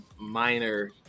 minor